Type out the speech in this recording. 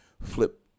flip